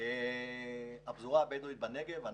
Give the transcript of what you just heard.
הפזורה הבדואית בנגב: